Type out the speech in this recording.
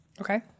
Okay